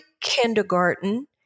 kindergarten